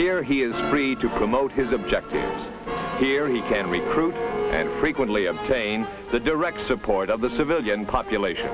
here he is free to promote his objectives here he can recruit and frequently obtain the direct support of the civilian population